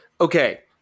okay